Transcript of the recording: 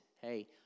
hey